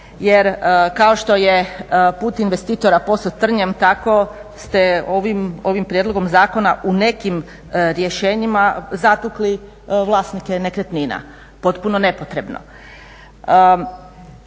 Jer kao što je put investitora posut trnjem tako ste ovim prijedlogom zakona u nekim rješenjima zatukli vlasnike nekretnina potpuno nepotrebno.